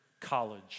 college